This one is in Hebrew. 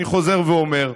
אני חוזר ואומר: